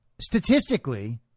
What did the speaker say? statistically